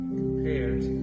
compared